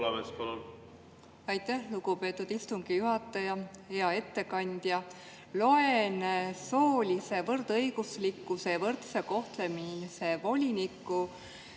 Poolamets, palun! Aitäh, lugupeetud istungi juhataja! Hea ettekandja! Loen soolise võrdõiguslikkuse ja võrdse kohtlemise voliniku